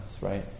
right